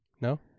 No